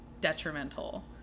detrimental